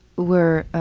were